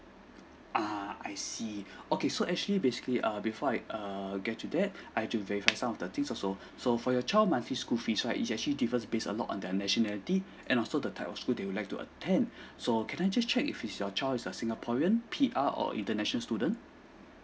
uh I see okay so actually basically err before I err get to that I've to verify some of the thing also so for your child monthly school fees right it's actually differ based a lot on their nationality and also the type of school they would like to attend so can I just check if is your child is a singaporean P_R or international student